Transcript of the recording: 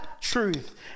truth